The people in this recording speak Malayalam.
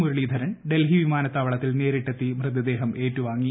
മുരളീധരൻ ഡൽഹി വിമാനത്താവളത്തിൽ നേരിട്ടെത്തി മൃത്യദ്ദേഹ്ട് ഏറ്റുവാങ്ങി